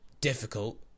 difficult